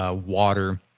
ah water,